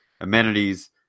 amenities